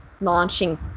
launching